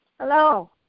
Hello